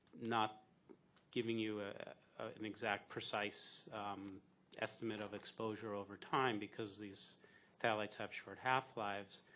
not giving you an exact, precise estimate of exposure over time because these phthalates have short half-lives.